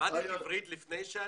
למדת עברית לפני שעלית?